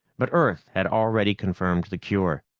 but earth had already confirmed the cure.